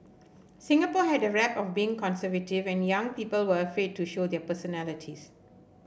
Singapore had a rep of being conservative and young people were afraid to show their personalities